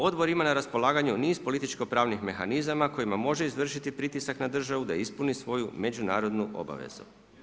Odbor ima na raspolaganju niz političko-pravnih mehanizama kojima može izvršiti pritisak na državu da ispuni svoju međunarodnu obavezu.